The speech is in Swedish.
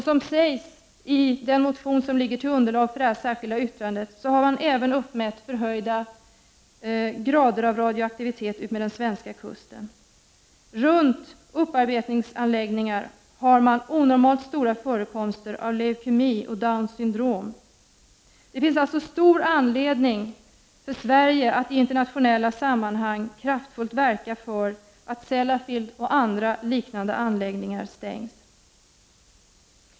Som framgår av den motion som är underlag för detta särskilda yttrande har man även uppmätt förhöjda grader av radioaktivitet utmed den svenska kusten. Runt om upparbetningsanläggningar finns det onormalt stora förekomster av leukemi och Downs syndrom. Det finns alltså stor anledning för Sverige att i internationella sammanhang kraftfullt verka för att Sellafield och andra liknande anläggningar stängs.